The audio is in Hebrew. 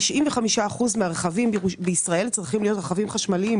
95% מהרכבים בישראל צריכים להיות רכבים חשמליים,